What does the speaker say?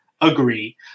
agree